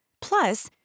Plus